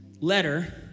letter